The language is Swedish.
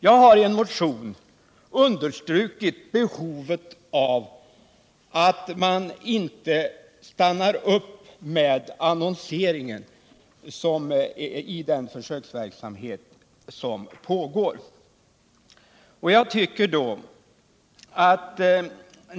Jag har i en motion understrukit behovet av att man inte stannar upp med annonseringen i den försöksverksamhet som pågår.